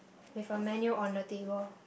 they have a menu on the table